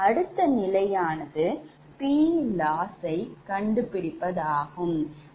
அடுத்த நிலையானது PLossயை கண்டுபிடிப்பதாகும்